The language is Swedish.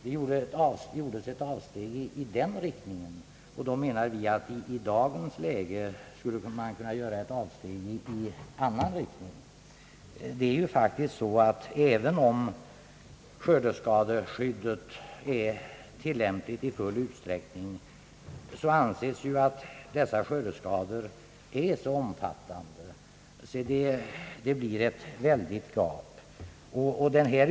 Eftersom det gjordes ett avsteg i den riktningen då menar jag att ett avsteg 1 annan riktning kan göras nu. Även om skördeskadeskyddet är tillämpligt i stor utsträckning, anses det ju att dessa skördeskador är så omfattande att det blir ett stort gap.